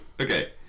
Okay